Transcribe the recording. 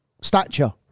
stature